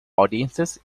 audiences